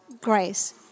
grace